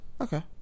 Okay